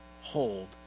hold